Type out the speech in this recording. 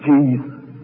Jesus